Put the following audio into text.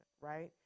right